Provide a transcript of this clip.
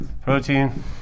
protein